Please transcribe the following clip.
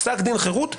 פסק דין חירות יוצא.